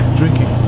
drinking